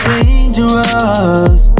Dangerous